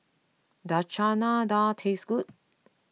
does Chana Dal taste good